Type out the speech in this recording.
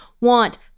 want